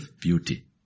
beauty